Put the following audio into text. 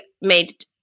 made